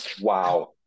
Wow